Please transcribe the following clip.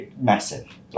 massive